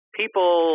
people